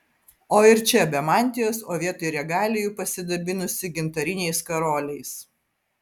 o ir čia be mantijos o vietoj regalijų pasidabinusi gintariniais karoliais